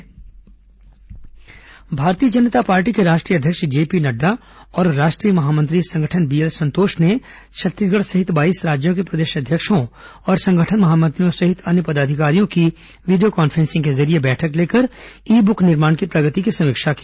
भाजपा बैठक भारतीय जनता पार्टी के राष्ट्रीय अध्यक्ष जेपी नड्डा और राष्ट्रीय महामंत्री संगठन बीएल संतोष ने आज छत्तीसगढ़ सहित बाईस राज्यों के प्रदेश अध्यक्षों और संगठन महामंत्रियों सहित अन्य पदाधिकारियों की वीडियो कान्फ्रेंसिंग के जरिए बैठक लेकर ई बुक निर्माण की प्रगति की समीक्षा की